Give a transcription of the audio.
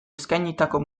eskainitako